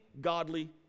godly